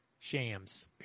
Shams